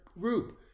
group